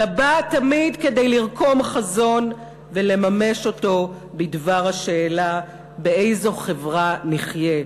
אלא באה תמיד כדי לרקום חזון ולממש אותו בדבר השאלה באיזו חברה נחיה,